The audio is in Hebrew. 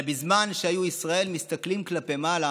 אלא בזמן שהיו ישראל מסתכלים כלפי מעלה